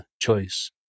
choice